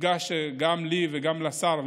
יודגש שגם לי וגם לשר,